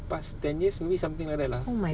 past ten years maybe something like that lah